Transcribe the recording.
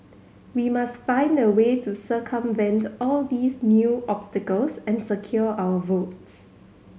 we must find a way to circumvent all these new obstacles and secure our votes